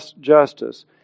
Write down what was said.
justice